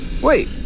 Wait